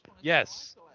Yes